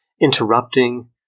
interrupting